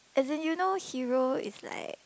as you know hero is like